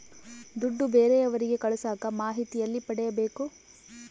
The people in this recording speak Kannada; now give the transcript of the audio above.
ದುಡ್ಡು ಬೇರೆಯವರಿಗೆ ಕಳಸಾಕ ಮಾಹಿತಿ ಎಲ್ಲಿ ಪಡೆಯಬೇಕು?